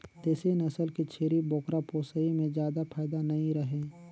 देसी नसल के छेरी बोकरा पोसई में जादा फायदा नइ रहें